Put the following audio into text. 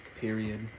Period